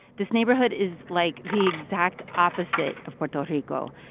this neighborhood is like the exact opposite of puerto rico.